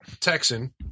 Texan